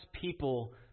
people